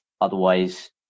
otherwise